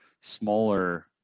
smaller